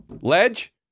ledge